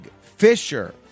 Fisher